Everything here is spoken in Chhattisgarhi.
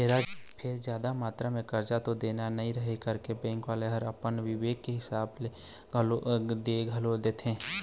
फेर जादा मातरा म करजा तो देना नइ रहय करके बेंक वाले ह अपन बिबेक के हिसाब ले दे घलोक देथे